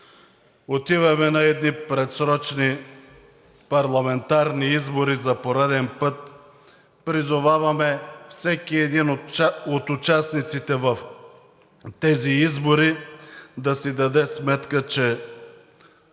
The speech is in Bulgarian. Отиваме на едни предсрочни парламентарни избори за пореден път. Призоваваме всеки един от участниците в тези избори да си даде сметка, че